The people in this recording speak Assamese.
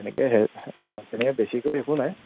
তেনেকৈহে অঁ তেনেকৈ বেছিকৈ একো নাই